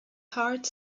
heart